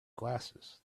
glasses